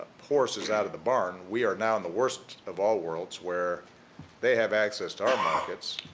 horse is out of the barn, we are now in the worst of all worlds where they have access to our markets.